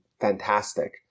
fantastic